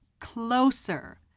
closer